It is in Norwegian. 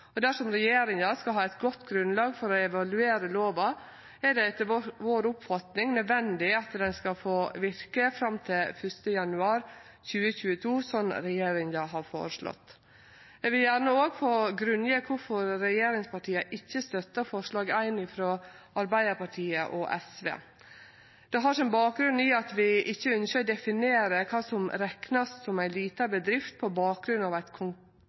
og dersom regjeringa skal ha eit godt grunnlag for å evaluere lova, er det etter vår oppfatning nødvendig at ho skal få verke fram til 1. januar 2022 – slik regjeringa har føreslått. Eg vil gjerne òg få grunngje kvifor regjeringspartia ikkje støttar forslag nr. 1, frå Arbeidarpartiet og SV. Det har sin bakgrunn i at vi ikkje ønskjer å definere kva som reknast som ei lita bedrift på bakgrunn av eit